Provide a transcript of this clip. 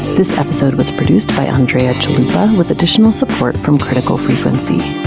this episode was produced by andrea chalupa, with additional support from critical frequency.